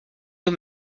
eux